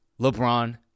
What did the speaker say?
LeBron